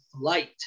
light